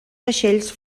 vaixells